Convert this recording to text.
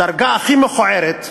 הדרגה הכי מכוערת,